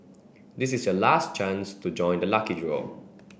this is your last chance to join the lucky draw